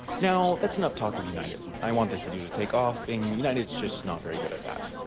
now that's enough talk of united. i want this video to take off and united's just not very good at that.